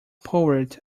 poured